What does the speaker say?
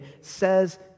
says